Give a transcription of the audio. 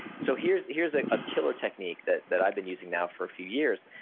so here's here's ah a killer technique that that i've been using now for a few years,